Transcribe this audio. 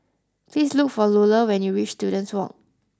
please look for Luella when you reach Students Walk